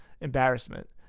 embarrassment